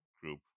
group